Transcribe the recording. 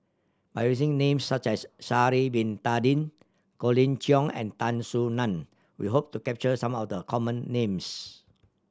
by using names such as Sha'ari Bin Tadin Colin Cheong and Tan Soo Nan we hope to capture some of the common names